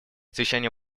совещание